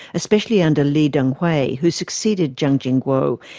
especially under lee teng-hui, who succeeded chiang ching-kuo,